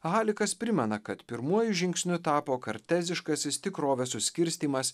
halikas primena kad pirmuoju žingsniu tapo karteziškasis tikrovės suskirstymas